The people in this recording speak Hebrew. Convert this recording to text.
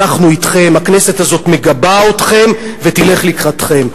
אנחנו אתכם, הכנסת הזו מגבה אתכם ותלך לקראתכם.